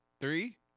three